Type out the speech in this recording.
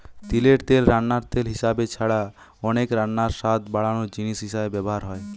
তিলের তেল রান্নার তেল হিসাবে ছাড়া অনেক রান্নায় স্বাদ বাড়ানার জিনিস হিসাবে ব্যভার হয়